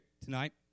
tonight